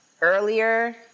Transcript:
earlier